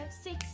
six